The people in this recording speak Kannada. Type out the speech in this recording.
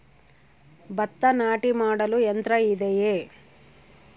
ಭತ್ತ ನಾಟಿ ಮಾಡಲು ಯಂತ್ರ ಇದೆಯೇ?